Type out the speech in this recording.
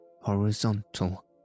horizontal